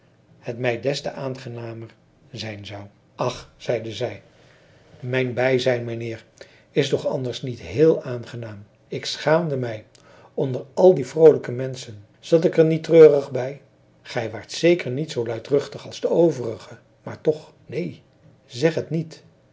het mij des te aangenamer zijn zou ach zeide zij mijn bijzijn mijnheer is toch anders niet heel aangenaam ik schaamde mij onder al die vroolijke menschen zat ik er niet treurig bij gij waart zeker niet zoo luidruchtig als de overige maar toch neen zeg het niet